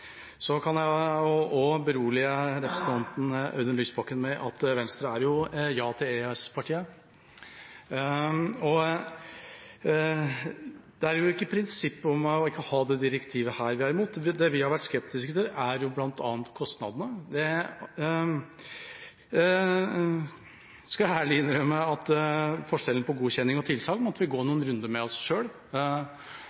Så hører jeg i dag at de er blitt bekymret for direktivet. Knapt ett år har gått siden da. Jeg kan berolige representanten Audun Lysbakken med at Venstre er ja-til-EØS-partiet. Det er ikke prinsippet om å ha dette direktivet vi er imot, det vi har vært skeptiske til, er blant annet kostnadene. Jeg skal ærlig innrømme at forskjellen på godkjenning og tilsagn måtte vi